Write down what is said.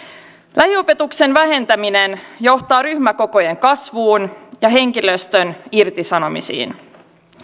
lähiopetuksen vähentäminen johtaa ryhmäkokojen kasvuun ja henkilöstön irtisanomisiin